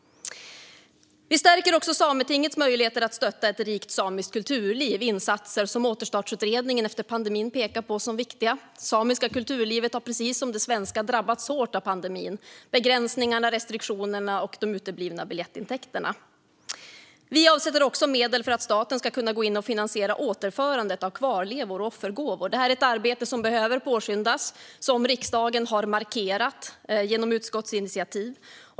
Vi stärker också Sametingets möjligheter att stötta ett rikt samiskt kulturliv - insatser som Återstartsutredningen efter pandemin pekar på som viktiga. Det samiska kulturlivet har precis som det svenska drabbats hårt av pandemin till följd av begränsningarna, restriktionerna och de uteblivna biljettintäkterna. Vi avsätter också medel för att staten ska kunna gå in och finansiera återförandet av kvarlevor och offergåvor. Detta är ett arbete som behöver påskyndas, som riksdagen har markerat genom utskottsinitiativ.